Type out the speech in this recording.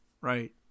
right